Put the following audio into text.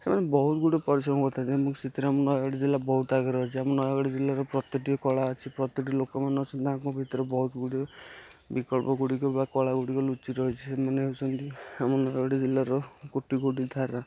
ସେମାନେ ବହୁତ ଗୁଡ଼ିଏ ପରିଶ୍ରମ କରିଥାନ୍ତି ଏବଂ ସେଥିରେ ଆମ ନୟାଗଡ଼ ଜିଲ୍ଲା ବହୁତ ଆଗରେ ଅଛି ଆମ ନୟାଗଡ଼ ଜିଲ୍ଲାରେ ପ୍ରତିଟି କଳା ଅଛି ପ୍ରତିଟି ଲୋକମାନେ ତାଙ୍କ ଭିତରୁ ବହୁତ ଗୁଡ଼ିଏ ବିକଳ୍ପଗୁଡ଼ିକ ବା କଳାଗୁଡ଼ିକ ଲୁଚି ରହିଛନ୍ତି ସେମାନେ ହେଉଛନ୍ତି ଆମ ନୟାଗଡ଼ ଜିଲ୍ଲାର କୋଟି କୋଟି ଧାରା